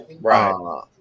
right